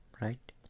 right